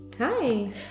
Hi